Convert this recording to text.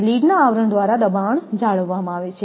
લીડના આવરણ દ્વારા દબાણ જાળવવામાં આવે છે